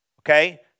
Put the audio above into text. okay